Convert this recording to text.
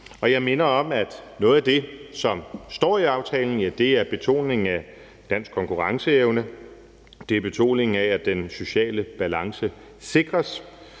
og jeg minder om, at noget af det, som står i aftalen, er betoningen af dansk konkurrenceevne, og det er betoningen af, at den sociale balance sikres,